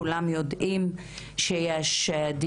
כמו שאתם יודעים מתקיימים בכנסת בימים